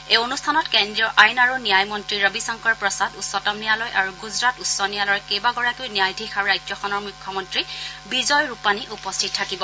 এই অনুষ্ঠানত কেন্দ্ৰীয় আইন আৰু ন্যায় মন্তী ৰবি শংকৰ প্ৰসাদ উচ্চতম ন্যায়ালয় আৰু গুজৰাট উচ্চ ন্যায়ালয়ৰ কেইবাগৰাকীও ন্যায়াধীশ আৰু ৰাজ্যখনৰ মুখ্যমন্ত্ৰী বিজয় ৰূপাণী উপস্থিত থাকিব